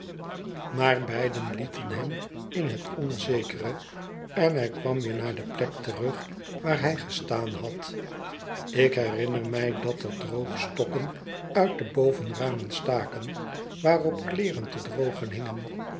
maar beide lieten hem in het onzekere en hij kwam weer naar de plek terug waar hij gestaan had ik herinner mij dat er droogstokken uit de bovenramen staken waarop kleeren te drogen hingen